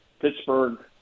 Pittsburgh